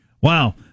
Wow